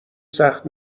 سخت